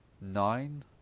nine